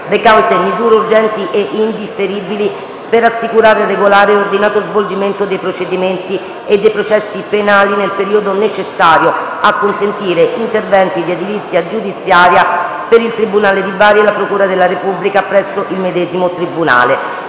recante misure urgenti e indifferibili per assicurare il regolare e ordinato svolgimento dei procedimenti e dei processi penali nel periodo necessario a consentire interventi di edilizia giudiziaria per il Tribunale di Bari e la Procura della Repubblica presso il medesimo tribunale***